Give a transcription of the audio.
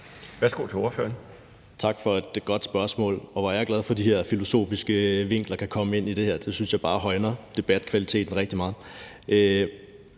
Frølund (LA): Tak for et godt spørgsmål. Og hvor er jeg glad for, at de her filosofiske vinkler kan komme ind i det her. Det synes jeg bare højner debatkvaliteten rigtig meget.